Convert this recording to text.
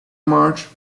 march